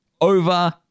over